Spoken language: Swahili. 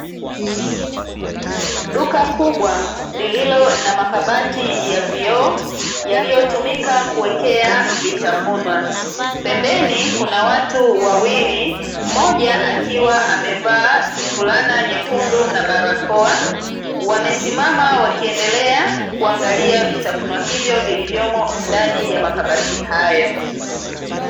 Duka kubwa lililo na makabati ya vioo, yaliyotumika kuwekea vitafunwa. Pembeni kuna watu wawili, mmoja akiwa amevaa fulana nyekundu na barakoa; wamesimama wakiendelea kuangalia vitafunwa hivyo vilivyomo ndani ya makabati hayo.